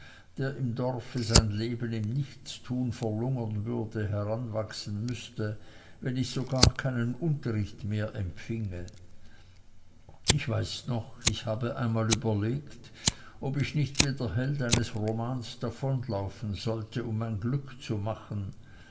der im dorfe sein leben in nichtstun verlungern würde heranwachsen müßte wenn ich so gar keinen unterricht mehr empfinge ich weiß noch ich habe einmal überlegt ob ich nicht wie der held eines romans davonlaufen sollte um mein glück zu machen